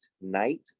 Night